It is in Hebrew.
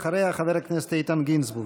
אחריה, חבר הכנסת איתן גינזבורג.